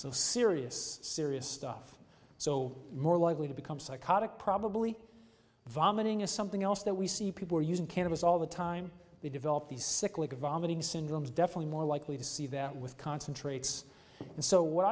so serious serious stuff so more likely to become psychotic probably vomiting is something else that we see people using cannabis all the time they develop these cyclical vomiting syndromes definitely more likely to see that with concentrates and so what